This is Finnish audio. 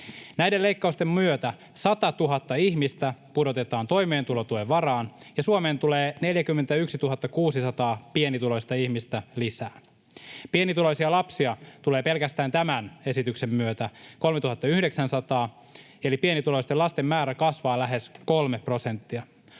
Näiden leikkausten myötä 100 000 ihmistä pudotetaan toimeentulotuen varaan ja Suomeen tulee 41 600 pienituloista ihmistä lisää. Pienituloisia lapsia tulee pelkästään tämän esityksen myötä 3 900, eli pienituloisten lasten määrä kasvaa lähes kolme prosenttia.